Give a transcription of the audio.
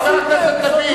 חבר הכנסת לוין,